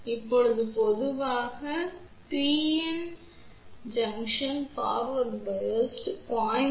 இப்போது பொதுவாக பிஎன் சந்தி முன்னோக்கி மின்னழுத்தம் பொதுவாக 0